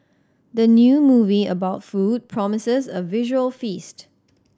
the new movie about food promises a visual feast